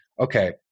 okay